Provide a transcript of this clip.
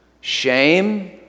Shame